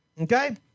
Okay